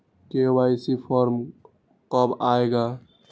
KYC form कब आए गा?